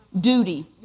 duty